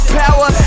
power